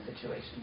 situation